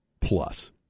plus